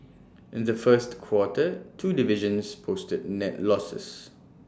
in the first quarter two divisions posted net losses